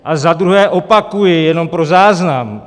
A za druhé opakuji, jenom pro záznam.